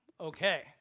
Okay